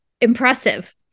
impressive